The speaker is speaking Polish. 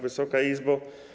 Wysoka Izbo!